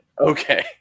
Okay